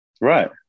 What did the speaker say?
Right